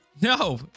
no